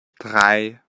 drei